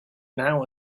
now